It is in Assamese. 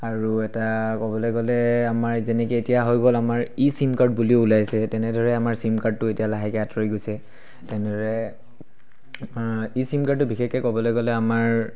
আৰু এটা ক'বলৈ গ'লে আমাৰ যেনেকৈ এতিয়া হৈ গ'ল আমাৰ ই চিম কাৰ্ড বুলি ওলাইছে তেনেদৰে চিম কাৰ্ডটো এতিয়া আমাৰ লাহেকৈ এতিয়া আঁতৰি গৈছে তেনেদৰে ই চিম কাৰ্ডটো বিশেষকৈ ক'বলৈ গ'লে আমাৰ